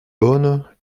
bonne